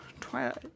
Twilight